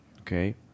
okay